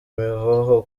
imihoho